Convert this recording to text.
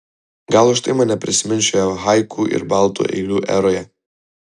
gal už tai mane prisimins šioje haiku ir baltų eilių eroje